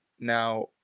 Now